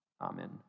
Amen